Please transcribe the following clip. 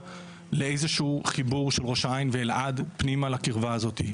לאיזשהו חיבור של ראש העין ואלעד פנימה לקרבה הזאתי,